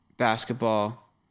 basketball